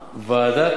משכנע.